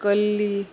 कल्ली